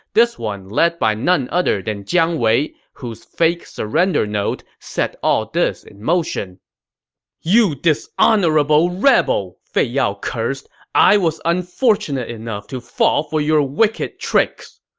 this one led by none other than jiang wei, whose fake surrender note set all this in motion dishonorable rebel! fei yao cursed. i was unfortunate enough to fall for your wicked tricks!